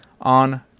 on